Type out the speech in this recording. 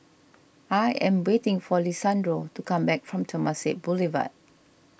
I am waiting for Lisandro to come back from Temasek Boulevard